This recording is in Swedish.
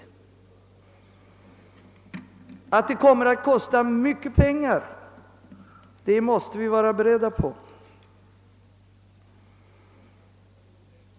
Att det kommer att kosta mycket pengar måste vi vara beredda på.